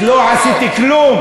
לא עשיתי כלום.